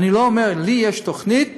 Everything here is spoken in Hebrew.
אני לא אומר: לי יש תוכנית,